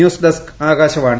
news desk Akashvani